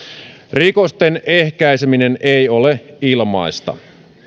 rikosten ehkäiseminen ei ole ilmaista